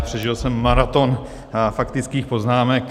Přežil jsem maraton faktických poznámek.